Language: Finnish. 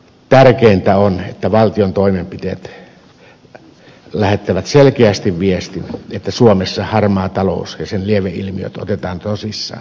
tärkeintä on että valtion toimenpiteet lähettävät selkeästi viestin että suomessa harmaa talous ja sen lieveilmiöt otetaan tosissaan